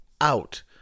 out